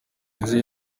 nizeye